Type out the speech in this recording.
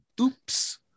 Oops